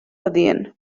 adient